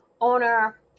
owner